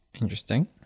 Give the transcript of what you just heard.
Interesting